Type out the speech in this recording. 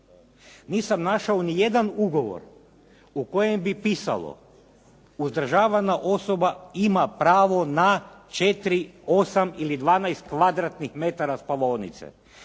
Nisam našao niti jedan ugovor u kojem bi pisalo uzdržavana osoba ima pravo na četiri, osam ili 12 kvadratnih metara spavaonice.